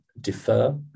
defer